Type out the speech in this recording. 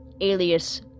alias